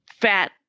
fat